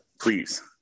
Please